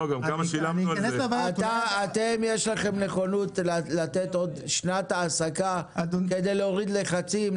יש לכם נכונות לתת עוד שנת העסקה כדי להוריד לחצים,